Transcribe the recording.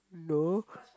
no